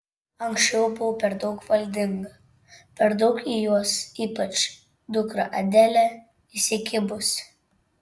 anksčiau buvau per daug valdinga per daug į juos ypač dukrą adelę įsikibusi